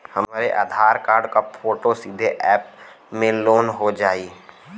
हमरे आधार कार्ड क फोटो सीधे यैप में लोनहो जाई?